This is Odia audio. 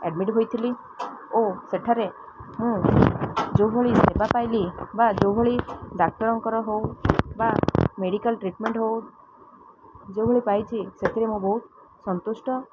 ଆଡ଼ମିଟ ହୋଇଥିଲି ଓ ସେଠାରେ ମୁଁ ଯେଉଁଭଳି ସେବା ପାଇଲି ବା ଯେଉଁଭଳି ଡାକ୍ତରଙ୍କର ହଉ ବା ମେଡ଼ିକାଲ ଟ୍ରିଟମେଣ୍ଟ ହଉ ଯେଉଁଭଳି ପାଇଛି ସେଥିରେ ମୋ ବହୁତ ସନ୍ତୁଷ୍ଟ